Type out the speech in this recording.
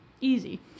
Easy